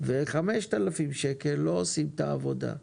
ו-5,000 שקל לא עושים את העבודה.